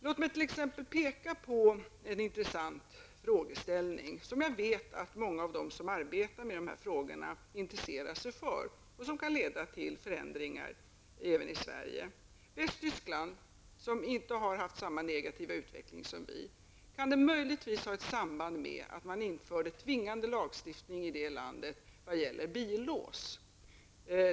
Låt mig t.ex. peka på en intressant frågeställning, som jag vet att många av dem som arbetar med dessa frågor intresserar sig för och som kan leda till förändringar även i Sverige. Västtyskland har på detta område inte haft samma negativa utveckling som vi. Kan detta möjligtvis ha ett samband med att man där införde tvingande lagstiftning när det gäller billås?